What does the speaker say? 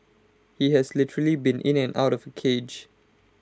he has literally been in and out of A cage